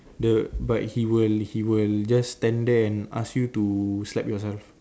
the but he will he will just stand there and ask you to slap yourself